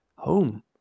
home